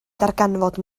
darganfod